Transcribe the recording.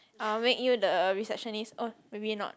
I'll make you the receptionist oh maybe not